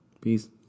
Peace